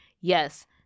Yes